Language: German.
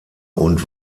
und